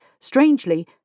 strangely